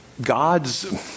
God's